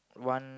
one